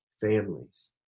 families